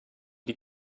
die